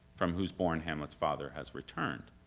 from whose bourn hamlet's father has returned.